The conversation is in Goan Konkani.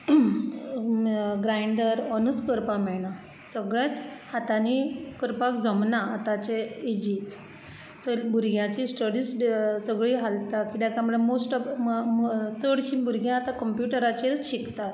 ग्रायण्डर ऑनूच करपाक मेळना सगळेंच हातांनी करपाक जमना आतांचे एजीर तर भुरग्याची स्टोरीच सगळी हालता कित्याक काय म्हटल्यार मोस्ट ऑफ चडशीं भुरगीं आतां कम्प्युटराचेरूच शिकतात